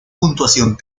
puntuación